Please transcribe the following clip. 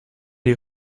les